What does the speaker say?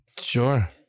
Sure